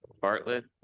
Bartlett